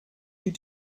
you